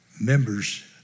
members